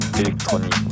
électronique